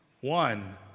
one